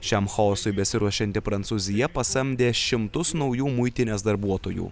šiam chaosui besiruošianti prancūzija pasamdė šimtus naujų muitinės darbuotojų